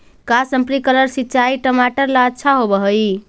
का स्प्रिंकलर सिंचाई टमाटर ला अच्छा होव हई?